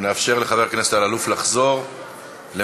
אנחנו נאפשר לחבר הכנסת אלאלוף לחזור למקומו.